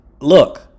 look